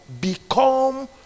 become